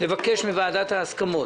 נבקש מוועדת ההסכמות,